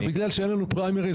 זה בגלל שאין לנו פריימריז,